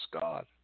God